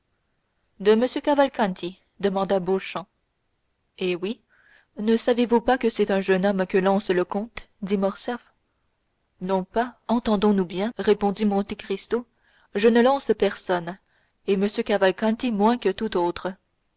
de m cavalcanti demanda beauchamp eh oui ne savez-vous pas que c'est un jeune homme que lance le comte dit morcerf non pas entendons-nous bien répondit monte cristo je ne lance personne et m cavalcanti moins que tout autre